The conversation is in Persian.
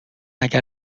اگر